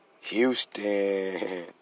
Houston